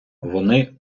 вони